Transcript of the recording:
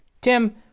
tim